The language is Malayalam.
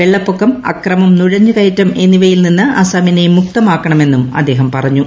വെളളപ്പൊക്കം അക്രമം നുഴഞ്ഞുകയറ്റം എന്നിവയിൽ നിന്ന് അസമിനെ മുക്തമാക്കണമെന്നും അദ്ദേഹം പറഞ്ഞു